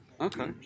Okay